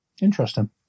Interesting